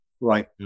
Right